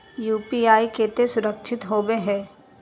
UPI केते सुरक्षित होबे है?